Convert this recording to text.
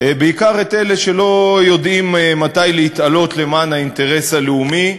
בעיקר את אלה שלא יודעים מתי להתעלות למען האינטרס הלאומי,